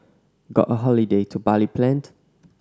got a holiday to Bali planned